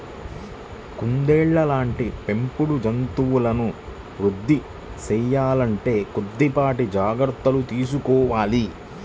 కుందేళ్ళ లాంటి పెంపుడు జంతువులను వృద్ధి సేయాలంటే కొద్దిపాటి జాగర్తలు తీసుకోవాలి